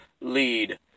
lead